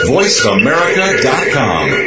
VoiceAmerica.com